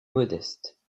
modestes